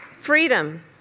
Freedom